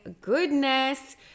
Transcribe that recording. goodness